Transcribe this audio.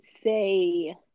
say